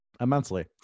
Immensely